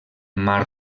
mar